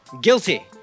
guilty